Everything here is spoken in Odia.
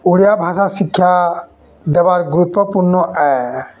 ଓଡ଼ିଆ ଭାଷା ଶିକ୍ଷା ଦେବାର୍ ଗୁରୁତ୍ୱପୂର୍ଣ୍ଣ ଆଏ